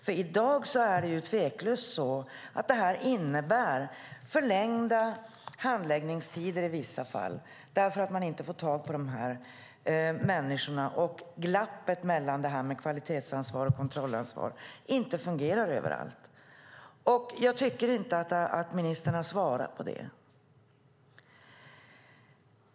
I dag innebär det här tveklöst förlängda handläggningstider i vissa fall eftersom man inte får tag på de här människorna. Och när det gäller glappet mellan kvalitetsansvar och kontrollansvar fungerar det inte överallt. Jag tycker inte att ministern har svarat på det.